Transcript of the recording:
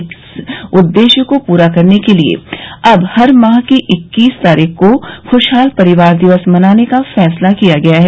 इस उद्देश्य को पूरा करने के लिये अब हर माह की इक्कीस तारीख़ को ख़्शहाल परिवार दिवस मनाने का फैसला किया गया है